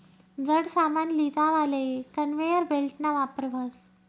जड सामान लीजावाले कन्वेयर बेल्टना वापर व्हस